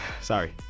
Sorry